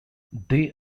they